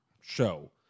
show